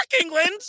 England